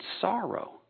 sorrow